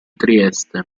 trieste